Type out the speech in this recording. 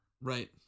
right